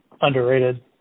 underrated